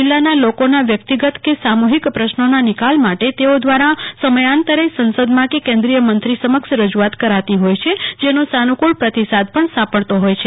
જિલ્લાના લોકોના વ્યક્તિગત કે સામુજ્ઞિક પ્રશ્નોના નિકાલ માટે તેઓ દ્વારા સમયાંતરે સંસદમાં કે કેન્દ્રીયમંત્રીને રજૂઆત કરતા હોય છે જેનો સાનુકળ પ્રતિસાદ પણ સાપડતો હોય છે